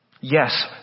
Yes